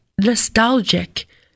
nostalgic